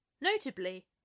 Notably